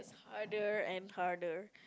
harder and harder